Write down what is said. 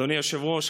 אדוני היושב-ראש,